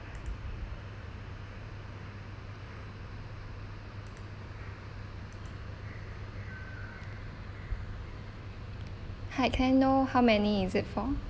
hi can I know how many is it for